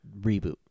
reboot